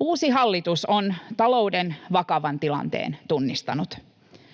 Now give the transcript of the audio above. Uusi hallitus on talouden vakavan tilanteen tunnistanut.